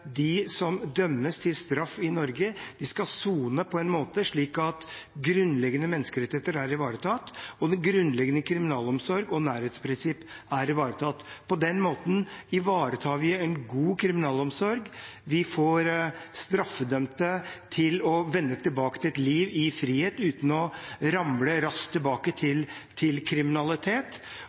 de som dømmes til straff i Norge, skal sone på en slik måte at grunnleggende menneskerettigheter er ivaretatt og den grunnleggende kriminalomsorgen og nærhetsprinsippet er ivaretatt. På den måten ivaretar vi en god kriminalomsorg. Vi får straffedømte til å vende tilbake til et liv i frihet uten å ramle raskt tilbake til kriminalitet,